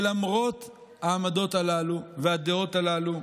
למרות העמדות הללו והדעות הללו,